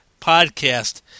Podcast